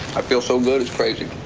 i feel so good, it's crazy.